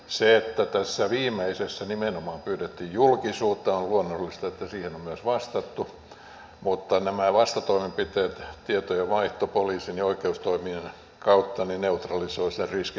kun tässä viimeisessä nimenomaan pyydettiin kommentteja koskien julkisuutta niin on luonnollista että siihen on myös vastattu mutta nämä vastatoimenpiteet tietojenvaihto poliisin ja oikeustoimien kautta neutralisoivat sen riskin aika pitkälti